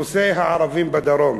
נושא הערבים בדרום,